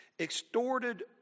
Extorted